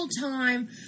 time